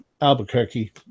Albuquerque